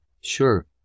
sure